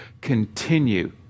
continue